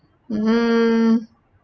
mm